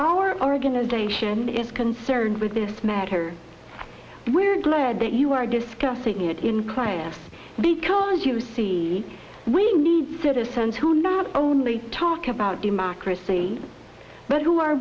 our organization is concerned with this matter and we're glad that you are disk signet inclined because you see we need citizens who not only talk about democracy but who are